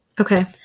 Okay